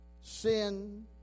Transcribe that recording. Sin